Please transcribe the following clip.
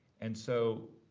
and so